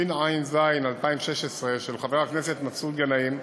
התשע"ז 2016, של חבר הכנסת מסעוד גנאים,